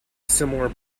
similar